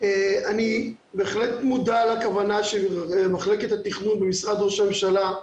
אני בהחלט מודע לכוונה של מחלקת התכנון במשרד ראש הממשלה,